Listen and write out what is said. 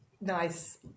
Nice